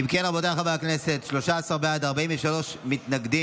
אם כן, רבותיי חברי הכנסת, 13 בעד, 43 מתנגדים,